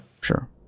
sure